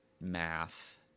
math